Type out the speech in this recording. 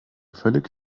völlig